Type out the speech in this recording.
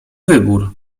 wybór